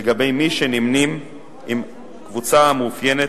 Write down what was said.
לגבי מי שנמנים עם קבוצה המאופיינת